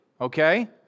okay